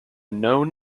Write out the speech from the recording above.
known